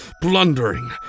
blundering